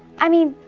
i mean,